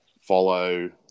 follow